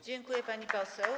Dziękuję, pani poseł.